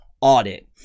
audit